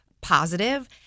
positive